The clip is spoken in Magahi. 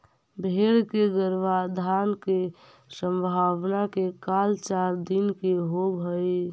भेंड़ के गर्भाधान के संभावना के काल चार दिन के होवऽ हइ